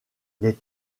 les